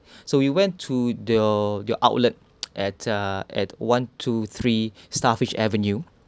so we went to your your outlet at uh at one to three starfish avenue